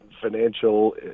financial